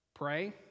Pray